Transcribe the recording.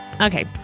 Okay